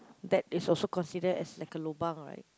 that is also considered as like a lobang right